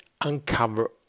uncover